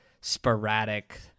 sporadic